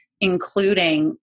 including